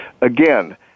Again